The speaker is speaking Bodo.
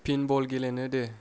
पिनबल गेलेनो दे